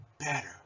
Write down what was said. Better